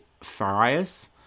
Farias